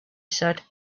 said